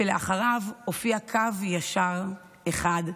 שלאחריו הופיע קו ישר אחד,